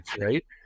right